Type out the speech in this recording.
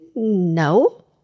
No